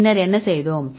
பின்னர் என்ன செய்தோம்